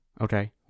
Okay